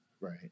Right